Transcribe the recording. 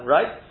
Right